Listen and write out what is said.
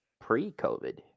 pre-COVID